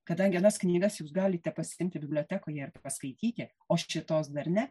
kadangi anas knygas jūs galite pasiimti bibliotekoje ir paskaityti o šitos dar ne